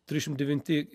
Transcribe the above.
trisdešim devinti